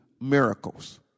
miracles